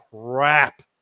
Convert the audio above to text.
crap